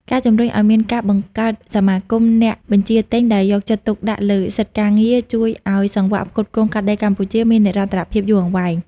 ការជំរុញឱ្យមានការបង្កើតសមាគមអ្នកបញ្ជាទិញ ដែលយកចិត្តទុកដាក់លើសិទ្ធិការងារ ជួយឱ្យសង្វាក់ផ្គត់ផ្គង់កាត់ដេរកម្ពុជាមាននិរន្តរភាពយូរអង្វែង។